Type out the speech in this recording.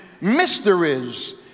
mysteries